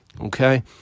okay